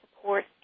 support